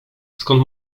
skąd